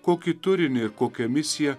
kokį turinį ir kokią misiją